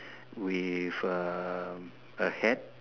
with um a hat